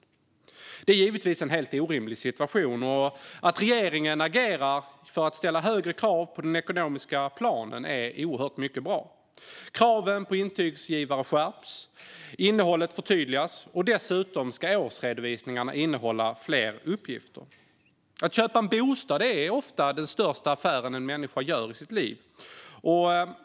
Detta är givetvis en helt orimlig situation, och att regeringen agerar för att ställa högre krav på den ekonomiska planen är mycket bra. Kraven på intygsgivare skärps, innehållet förtydligas, och dessutom ska årsredovisningen innehålla fler uppgifter. Att köpa en bostad är ofta den största affär en person gör i sitt liv.